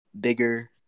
bigger